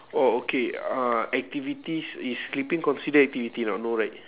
oh okay uh activities is sleeping considered activity not no no right